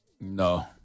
No